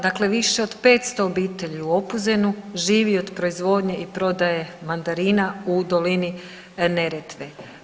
Dakle, više od 500 obitelji u Opuzenu živi od proizvodnje i prodaje mandarina u Dolini Neretve.